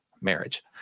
marriage